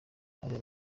hari